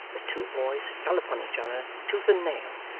the two boys fell upon each other, tooth and nail,